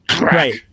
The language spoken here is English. right